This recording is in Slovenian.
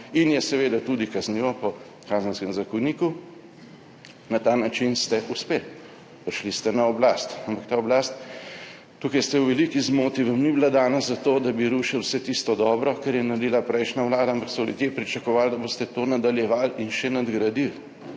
in je seveda tudi kaznivo po Kazenskem zakoniku. Na ta način ste uspeli, prišli ste na oblast. Ampak ta oblast, tukaj ste v veliki zmoti, vam ni bila dana za to, da bi rušili vse tisto dobro, kar je naredila prejšnja vlada, ampak so ljudje pričakovali, da boste to nadaljevali in še nadgradili.